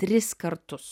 tris kartus